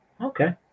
Okay